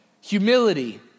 Humility